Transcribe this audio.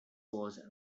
was